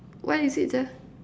why is it